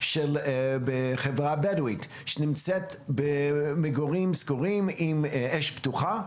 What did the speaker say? בחברה הבדואית שנמצאת במגורים סגורים עם אש פתוחה,